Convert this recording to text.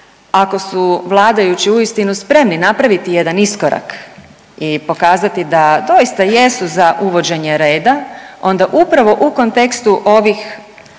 ako su vladajući uistinu spremni napraviti jedan iskorak i pokazati da doista jesu za uvođenje reda, onda upravo u kontekstu ovih